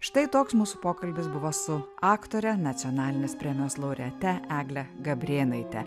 štai toks mūsų pokalbis buvo su aktore nacionalinės premijos laureate egle gabrėnaite